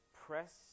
press